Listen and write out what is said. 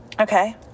Okay